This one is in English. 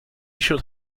should